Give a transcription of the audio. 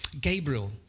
Gabriel